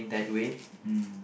mm